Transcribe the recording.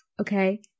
okay